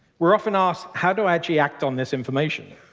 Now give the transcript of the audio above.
we're often asked, how do i actually act on this information?